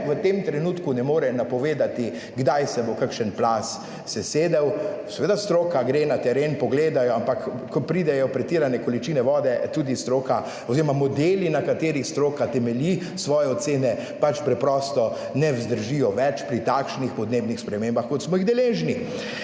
v tem trenutku ne more napovedati kdaj se bo kakšen plaz sesedel. Seveda, stroka gre na teren, pogledajo, ampak ko pridejo pretirane količine vode, tudi stroka oziroma modeli na katerih stroka temelji svoje ocene pač preprosto ne vzdržijo več pri takšnih podnebnih spremembah, kot smo jih deležni.